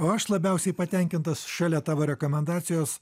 o aš labiausiai patenkintas šalia tavo rekomendacijos